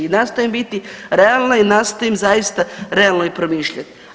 I nastojim biti realna i nastojim zaista realno i promišljati.